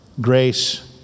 Grace